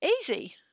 easy